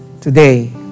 today